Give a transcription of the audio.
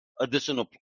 additional